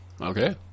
Okay